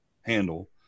handle